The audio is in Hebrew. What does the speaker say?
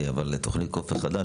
אבל תוכנית אופק חדש,